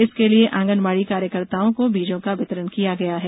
इसके लिए आंगनबाड़ी कार्यकर्ताओं को बीजों का वितरण किया गया है